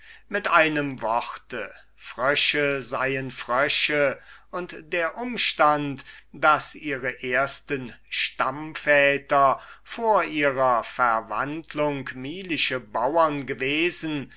mit einem wort frösche seien frösche und der umstand daß ihre ersten stammväter vor ihrer verwandlung milische bauern gewesen